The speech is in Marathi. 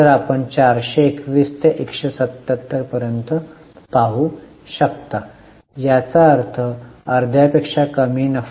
तर आपण 421 ते 177 पर्यंत पाहू शकता याचा अर्थ अर्ध्यापेक्षा कमी नफा